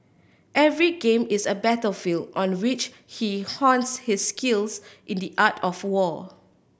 every game is a battlefield on which he hones his skills in the art of war